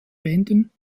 bänden